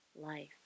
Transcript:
life